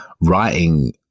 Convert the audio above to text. writing